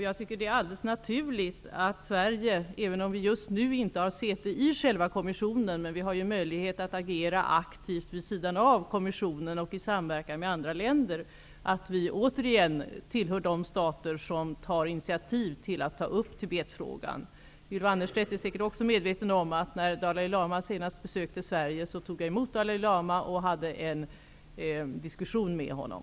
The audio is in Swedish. Jag tycker att det är alldeles naturligt att Sverige, även om vi just nu inte har säte i själva kommissionen, utnyttjar möjligheten att agera aktivt vid sidan av kommissionen och i samverkan med andra länder. Vi bör åter tillhöra de stater som tar initiativ till att ta upp Tibetfrågan. Ylva Annerstedt är säkert medveten om att när Dalai lama senast besökte Sverige tog jag emot Dalai lama och hade en diskussion med honom.